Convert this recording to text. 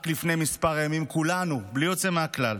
רק לפני כמה ימים כולנו בלי יוצא מהכלל